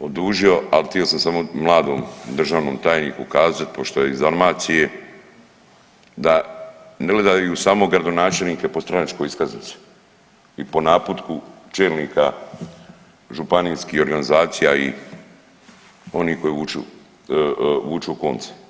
odužio ali htio sam samo mladom državnom tajniku kazat pošto je iz Dalmacije da ne gledaju samo gradonačelnike po stranačkoj iskaznici i po naputku čelnika županijskih organizacija i onih koji vuču, vuču konce.